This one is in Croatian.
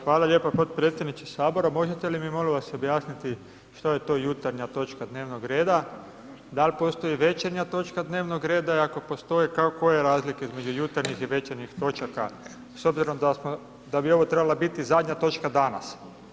Hvala lijepa potpredsjedniče Sabora, možete li mi moli vas objasniti što je to jutarnja točka dnevnog reda, dal' postoji večernja točka dnevnog reda i ako postoji, koja je razlika između jutarnjih i večernjih točaka s obzirom da bi ovo trebala biti zadnja točka danas?